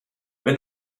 wenn